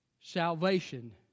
Salvation